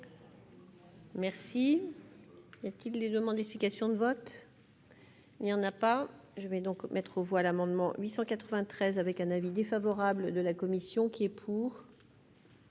Merci, y a-t-il des demandes d'explications de vote, il y en a pas, je vais donc mettre aux voix l'amendement 893 avec un avis défavorable de la commission qui est pour.